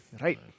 Right